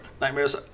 nightmares